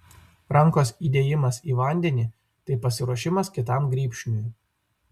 rankos įdėjimas į vandenį tai pasiruošimas kitam grybšniui